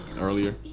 Earlier